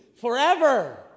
forever